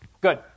Good